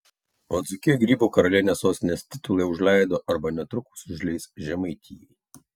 o dzūkija grybų karalienės sostinės titulą jau užleido arba netrukus užleis žemaitijai